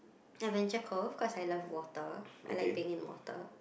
Adventure-Cove cause I love water I like be in water